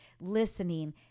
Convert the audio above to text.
listening